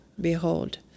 behold